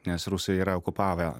nes rusai yra okupavę